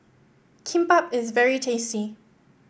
kimbap is very tasty